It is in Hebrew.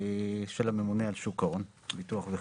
של הממונה על שוק ההון, ביטוח וחיסכון".